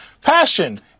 passion